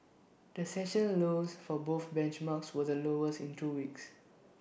the session lows for both benchmarks were the lowest in two weeks